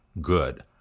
good